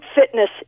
fitness